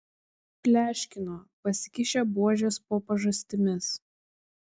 pleškino pasikišę buožes po pažastimis